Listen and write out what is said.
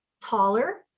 taller